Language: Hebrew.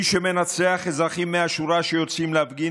מי שמנצח אזרחים מהשורה שיוצאים להפגין